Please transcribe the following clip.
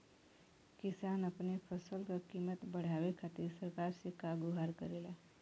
किसान अपने फसल क कीमत बढ़ावे खातिर सरकार से का गुहार करेला?